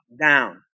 down